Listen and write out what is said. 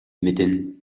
мэднэ